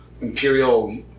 imperial